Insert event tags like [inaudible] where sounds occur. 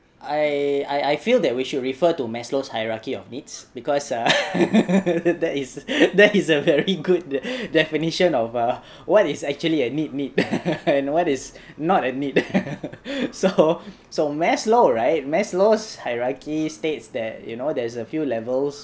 I I feel that we should refer to maslow's hierarchy of needs because err [laughs] that is that is a very good de~ definition of uh what is actually a need need what is not a need [laughs] so so maslow right maslow's hierarchy states that you know there's a few levels